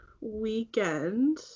weekend